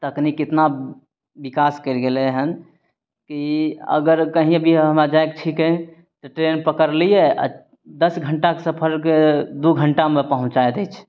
तकनीक कितना विकास करि गेलय हन अगर कहीं भी हमरा जाइके छिकै तऽ ट्रेन पकड़लियै आओर दस घण्टाके सफरके दू घण्टामे पहुँचा दै छै